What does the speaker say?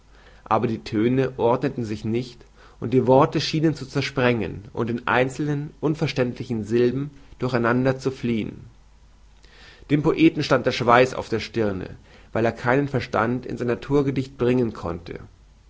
aber die töne ordneten sich nicht und die worte schienen zu zersprengen und in einzelnen unverständlichen sylben durcheinander zu fliehen dem poeten stand der schweiß auf der stirne weil er keinen verstand in sein naturgedicht bringen konnte